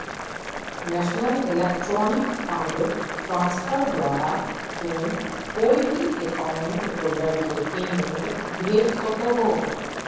national electronic fund transfer द्वारा तू कोय भी अकाउंट होल्डर के पेमेंट भेज सको हो